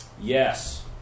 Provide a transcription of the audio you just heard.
Yes